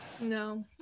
No